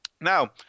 now